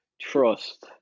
trust